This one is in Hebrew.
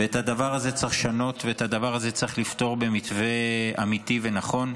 ואת הדבר הזה צריך לשנות ואת הדבר הזה צריך לפתור במתווה אמיתי ונכון.